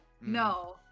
No